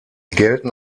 gelten